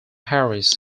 harris